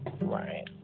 Right